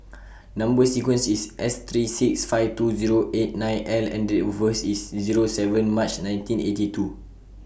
Number sequence IS S three six five two Zero eight nine L and Date of birth IS Zero seven March nineteen eighty two